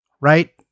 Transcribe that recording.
right